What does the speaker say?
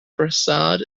prasad